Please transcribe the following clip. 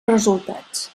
resultats